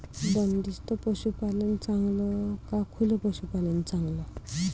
बंदिस्त पशूपालन चांगलं का खुलं पशूपालन चांगलं?